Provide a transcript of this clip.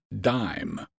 dime